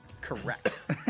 correct